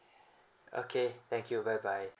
okay thank you bye bye